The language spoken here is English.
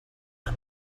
can